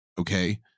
okay